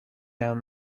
down